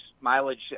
mileage